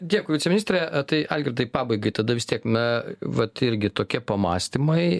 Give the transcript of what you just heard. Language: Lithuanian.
dėkui viceministre tai algirdai pabaigai tada vis tiek na vat irgi tokie pamąstymai